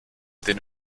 den